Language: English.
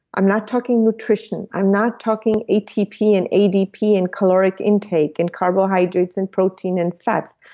i'm not talking nutrition, i'm not talking atp and adp and caloric intake and carbohydrates and protein and fats,